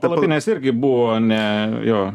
palapinės irgi buvo ne jo